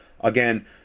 Again